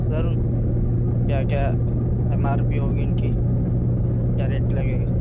سر کیا کیا M R P ہوگی ان کی کیا ریٹ لگے گا